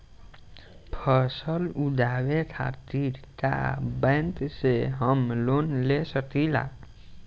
फसल उगावे खतिर का बैंक से हम लोन ले सकीला?